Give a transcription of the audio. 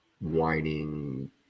whining